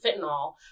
fentanyl